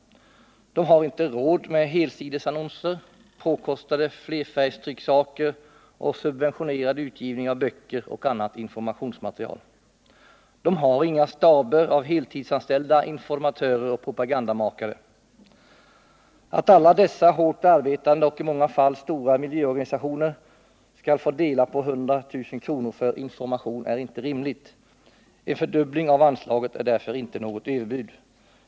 De har inte råd med helsidesannonser, påkostade flerfärgstrycksaker och subventionerad utgivning av böcker och annat informationsmaterial. De har inga staber av heltidsanställda informatörer och propagandamakare. Att alla dessa hårt arbetande och i många fall stora miljöorganisationer skall få dela på 100 000 kr. för information är inte rimligt. En fördubbling av anslaget är inte något överbud.